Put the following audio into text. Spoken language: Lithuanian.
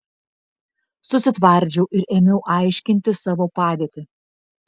susitvardžiau ir ėmiau aiškinti savo padėtį